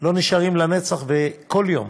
לא נשארים לנצח, וכל יום